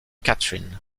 catherine